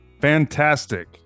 Fantastic